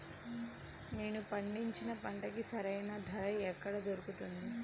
నేను పండించిన పంటకి సరైన ధర ఎక్కడ దొరుకుతుంది?